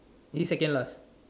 he second last